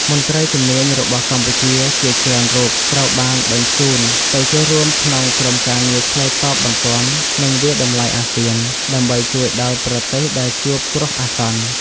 មន្ត្រីជំនាញរបស់កម្ពុជាជាច្រើនរូបត្រូវបានបញ្ជូនទៅចូលរួមក្នុងក្រុមការងារឆ្លើយតបបន្ទាន់ និងវាយតម្លៃអាស៊ាន ដើម្បីជួយដល់ប្រទេសដែលជួបគ្រោះអាសន្ន។